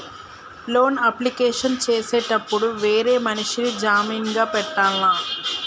Loan application చేసేటప్పుడు వేరే మనిషిని జామీన్ గా పెట్టాల్నా?